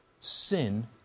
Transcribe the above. sin